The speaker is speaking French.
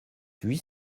huit